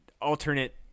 alternate